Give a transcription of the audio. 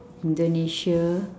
indonesia